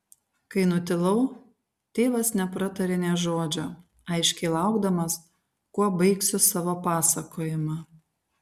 kai nutilau tėvas nepratarė nė žodžio aiškiai laukdamas kuo baigsiu savo pasakojimą